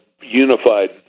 unified